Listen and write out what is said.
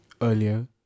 earlier